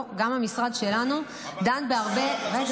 גם המשרד שלנו דן בהרבה --- אבל אני שואל על ההמלצות של אשדוד.